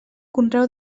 conreu